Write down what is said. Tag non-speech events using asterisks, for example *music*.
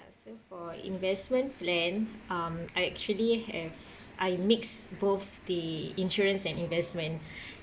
ya so for investment plan um I actually have I mix both the insurance and investment *breath*